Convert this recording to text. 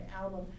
album